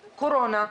קורונה,